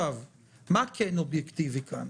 מה כן אובייקטיבי כאן